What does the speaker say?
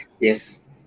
yes